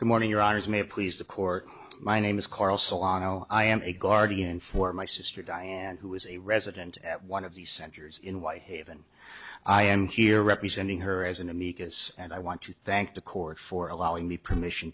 good morning your honor is may please the court my name is carl salon while i am a guardian for my sister diane who is a resident at one of the centers in white haven i am here representing her as an amicus and i want to thank the court for allowing me permission